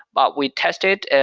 but we test it.